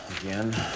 again